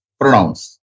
pronouns